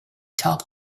talk